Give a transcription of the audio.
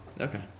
Okay